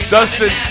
Dustin